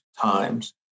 times